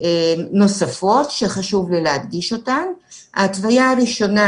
נוספות שחשוב לי להדגיש אותן: ההתוויה הראשונה